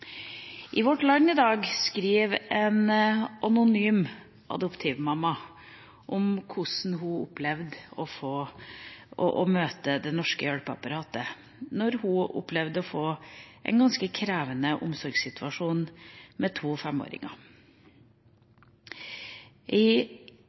I Vårt Land i dag skriver en anonym adoptivmamma om hvordan hun opplevde å møte det norske hjelpeapparatet da hun opplevde å få en ganske krevende omsorgssituasjon med to femåringer.